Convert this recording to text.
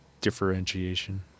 differentiation